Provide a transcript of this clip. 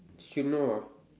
should know ah